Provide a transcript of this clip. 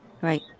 Right